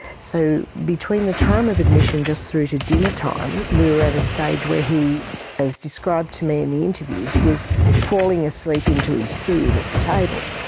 so between the time of admission just through to dinnertime we were were at a stage where he as described to me in the interviews was falling asleep into his food at the table.